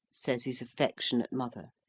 says his affectionate mother,